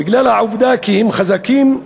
בגלל העובדה שהם חזקים,